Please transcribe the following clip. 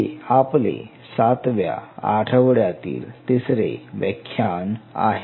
हे आपले सातव्या आठवड्यातील तिसरे व्याख्यान आहे